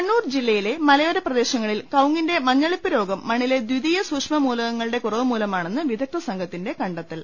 കണ്ണൂർ ജില്ലയിലെ മലയോര പ്രദേശങ്ങളിൽ കവുങ്ങിന്റെ മഞ്ഞളിപ്പ് രോഗം മണ്ണിലെ ദ്വിതീയ സൂഷ്മമൂലകങ്ങളുടെ കുറവുമൂലമാണെന്ന് വിദഗ്ധ സംഘത്തിന്റെ കണ്ടെത്തൽ